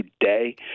today